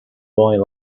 boy